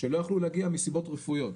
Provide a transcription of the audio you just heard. שלא יכלו להגיע מסיבות רפואיות,